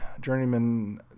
Journeyman